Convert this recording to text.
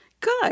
Good